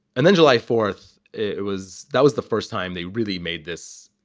and then july fourth, it was. that was the first time they really made this.